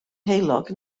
heulog